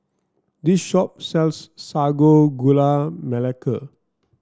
this shop sells Sago Gula Melaka